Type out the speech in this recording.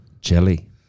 jelly